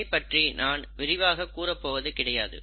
இதைப்பற்றி நான் விரிவாக கூற போவது கிடையாது